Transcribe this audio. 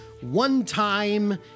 one-time